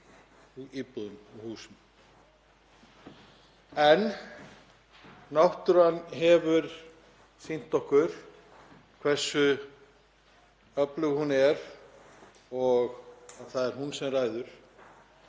íbúðum, húsum. En náttúran hefur sýnt okkur hversu öflug hún er og að það er hún sem ræður.